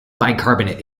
bicarbonate